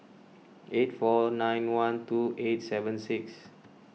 eight four nine one two eight seven six